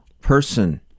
person